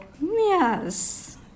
Yes